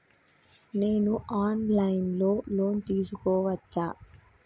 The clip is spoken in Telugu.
నేను ఆన్ లైన్ లో లోన్ తీసుకోవచ్చా?